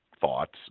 thoughts